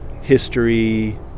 history